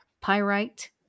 pyrite